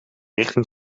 richting